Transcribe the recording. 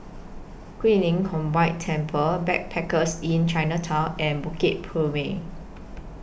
Guilin Combined Temple Backpackers Inn Chinatown and Bukit Purmei